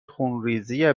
خونریزی